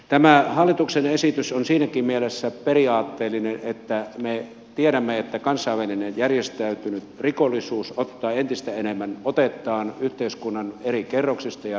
tämä hallituksen esitys on siinäkin mielessä periaatteellinen että me tiedämme että kansainvälinen järjestäytynyt rikollisuus ottaa entistä enemmän otettaan yhteiskunnan eri kerroksista ja rakenteista